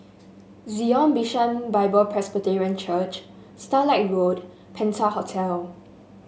Zion Bishan Bible Presbyterian Church Starlight Road Penta Hotel